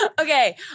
Okay